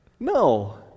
No